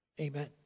Amen